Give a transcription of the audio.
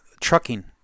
Trucking